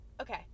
Okay